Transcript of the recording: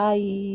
Bye